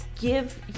give